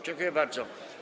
Dziękuję bardzo.